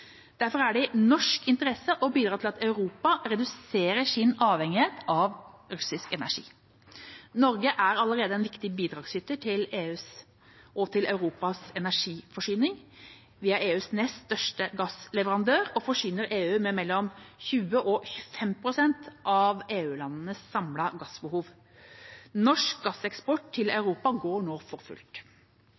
Derfor er det i norsk interesse å bidra til at Europa reduserer sin avhengighet av russisk energi. Norge er allerede en viktig bidragsyter til EUs og Europas energiforsyning. Vi er EUs nest største gassleverandør og forsyner EU med mellom 20 og 25 pst. av EU-landenes samlede gassbehov. Norsk gasseksport til Europa går nå for fullt.